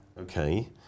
okay